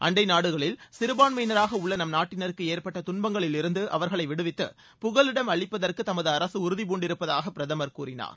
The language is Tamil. அண்டை நாடுகளில் சிறுபான்மயினராக உள்ள நம் நாட்டினருக்கு ஏற்பட்ட துன்பங்களிலிருந்து அவர்களை விடுவித்து புகலிடம் அளிப்பதற்கு தமது அரசு உறுதிபூண்டிருப்பதாக பிரதமர் கூறினார்